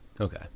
Okay